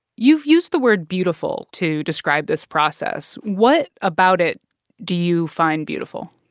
you've used the word beautiful to describe this process. what about it do you find beautiful?